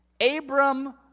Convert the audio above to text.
Abram